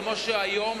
כמו שהוא היום,